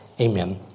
amen